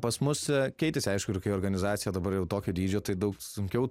pas mus keitėsi aišku ir kai organizacija dabar jau tokio dydžio tai daug sunkiau